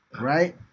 right